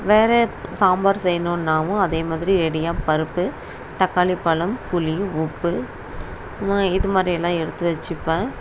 வேறு சாம்பார் செய்யணுன்னாவும் அதே மாதிரி ரெடியாக பருப்பு தக்காளி பழம் புளி உப்பு இது மாதிரியெல்லாம் எடுத்து வச்சுப்பேன்